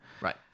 right